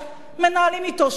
מנהלים אתו שוב,